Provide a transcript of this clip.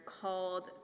called